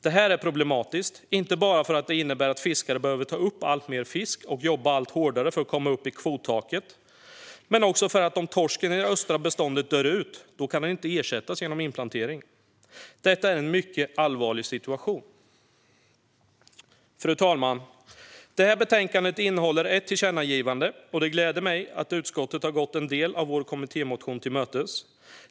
Detta är problematiskt, inte bara för att det innebär att fiskare behöver ta upp alltmer fisk och jobba allt hårdare för att komma upp i kvottaket. Om torsken i det östra beståndet dör ut kan den inte ersättas genom inplantering. Detta är en mycket allvarlig situation. Fru talman! Det här betänkandet innehåller ett tillkännagivande, och det gläder mig att utskottet har gått en del av vår kommittémotion till mötes.